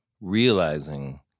realizing